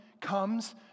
comes